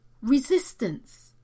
resistance